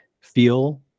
feel